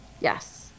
Yes